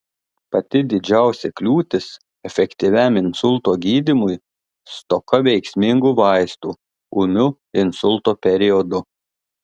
pati didžiausia kliūtis efektyviam insulto gydymui stoka veiksmingų vaistų ūmiu insulto periodu